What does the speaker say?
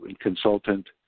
consultant